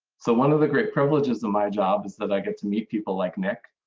so one of the great privileges of my job is that i get to meet people like nick.